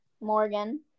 Morgan